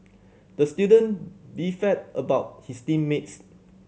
the student beefed about his team mates